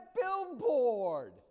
billboard